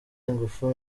ingufu